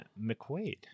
McQuaid